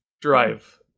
drive